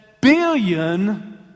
billion